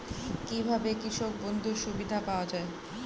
কি ভাবে কৃষক বন্ধুর সুবিধা পাওয়া য়ায়?